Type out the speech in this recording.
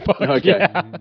Okay